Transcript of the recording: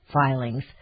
filings